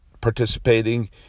participating